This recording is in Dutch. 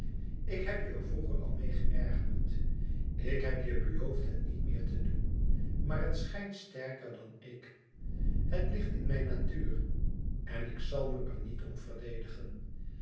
ik heb je er vroeger al meê geërgerd ik heb je beloofd het niet meer te doen maar het schijnt sterker dan ik het ligt in mijn natuur en ik zal me er niet om verdedigen